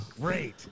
Great